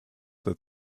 that